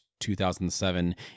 2007